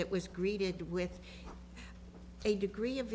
that was greeted with a degree of